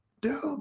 dude